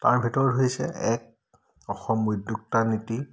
তাৰ ভিতৰত হৈছে এক অসম উদ্যোক্তা নীতি